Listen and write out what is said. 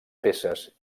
peces